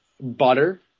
Butter